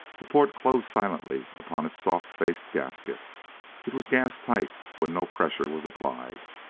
the port closed silently upon its soft-faced gasket it was gas-tight when no pressure was applied.